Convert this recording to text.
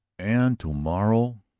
and to-morrow,